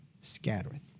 scattereth